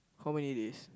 how many days